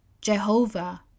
Jehovah